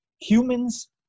humans